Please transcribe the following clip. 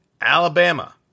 Alabama